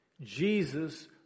Jesus